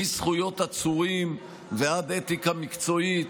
מזכויות עצורים ועד אתיקה מקצועית,